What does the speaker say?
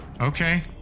Okay